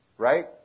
Right